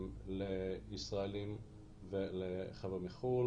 משפחתי שלא שירת כלוחם או כתומך לחימה בין אם בגלל בעיית